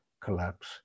collapse